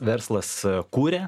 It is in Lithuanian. verslas kuria